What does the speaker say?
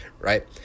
right